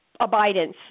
abidance